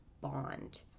bond